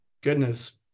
goodness